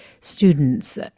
students